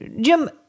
Jim